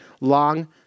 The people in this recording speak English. Long